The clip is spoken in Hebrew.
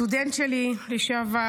סטודנט שלי לשעבר,